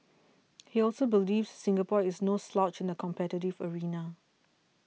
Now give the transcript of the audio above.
he also believes Singapore is no slouch in the competitive arena